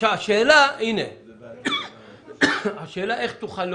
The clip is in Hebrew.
השאלה איך תוכל להוכיח?